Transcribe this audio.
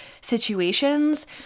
situations